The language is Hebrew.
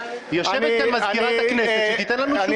יושבת כאן מזכירת הכנסת, שתיתן לנו תשובה.